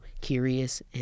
curious